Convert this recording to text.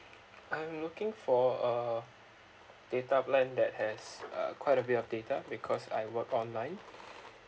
I'm looking for a data plan that has uh quite a bit of data because I work online